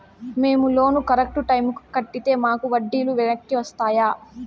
మేము loan correct టైముకి కట్టితే మాకు వడ్డీ లు వెనక్కి వస్తాయా?